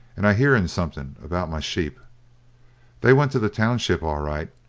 and i heern something about my sheep they went to the township all right,